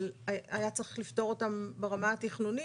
אבל היה צריך לפתור אותן ברמה התכנונית.